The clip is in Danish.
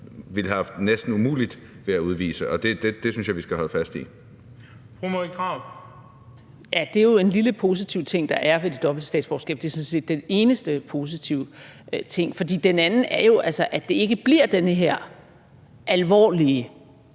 (Bent Bøgsted): Fru Marie Krarup. Kl. 19:53 Marie Krarup (DF): Det er jo en lille positiv ting, der er ved det dobbelte statsborgerskab. Det er sådan set den eneste positive ting, for det andet er jo, at det ikke bliver den her alvorlige